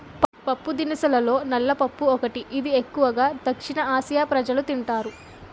పప్పుదినుసుల్లో నల్ల పప్పు ఒకటి, ఇది ఎక్కువు గా దక్షిణఆసియా ప్రజలు తింటారు